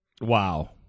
Wow